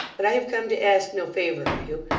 but i have come to ask no favour of you,